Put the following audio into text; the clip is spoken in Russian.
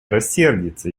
рассердится